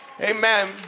amen